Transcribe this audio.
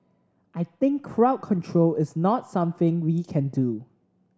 I think crowd control is not something we can do